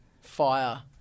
fire